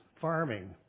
farming